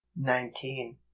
Nineteen